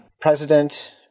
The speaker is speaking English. president